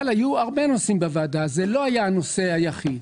אבל היו הרבה נושאים בוועדה וזה לא היה הנשוא היחיד.